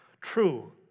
true